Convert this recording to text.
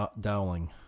Dowling